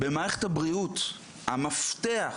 במערכת הבריאות המפתח,